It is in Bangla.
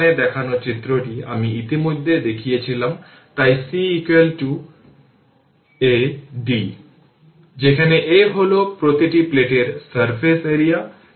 এখন 4 Ω রেজিষ্টর এর মাধ্যমে কারেন্ট i সহজে পাওয়া যায় কারেন্ট ডিভিশন যা i L t i t i L t 1 1 4